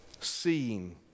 seeing